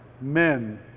men